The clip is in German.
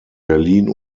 berlin